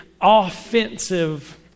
offensive